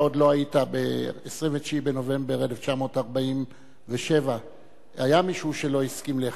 אתה עוד לא היית ב-29 בנובמבר 1947. היה מישהו שלא הסכים ל-181.